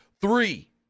Three